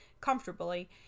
comfortably